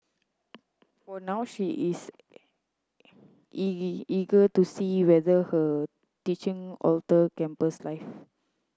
for now she is is eager to see whether her teaching alter campus life